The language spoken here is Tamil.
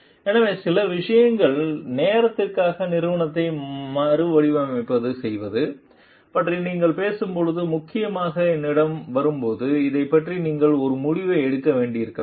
எனவே சில விஷயங்களின் நோக்கத்திற்காக நிறுவனத்தை மறுவடிவமைப்பு செய்வது பற்றி நீங்கள் பேசும்போது முக்கியமாக என்னிடம் வரும்போது இதைப் பற்றி நீங்கள் ஒரு முடிவை எடுக்க வேண்டியிருக்கலாம்